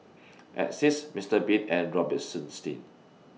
Asics Mister Bean and Robitussin